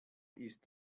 ist